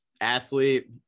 athlete